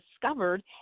discovered